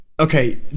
Okay